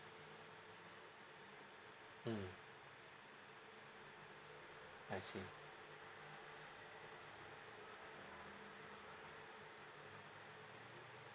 mm I see